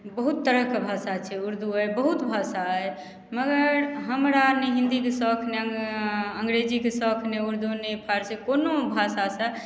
बहुत तरहके भाषा छै उर्दू भाषा अछि मगर हमरा नहि हिन्दी के शौख नहि अँग्रेजी के शौख नहि उर्दू नहि फारसी कोनो भाषा सऽ